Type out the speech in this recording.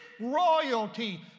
royalty